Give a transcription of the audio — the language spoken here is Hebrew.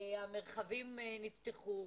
המרחבים נפתחו.